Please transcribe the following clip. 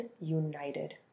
united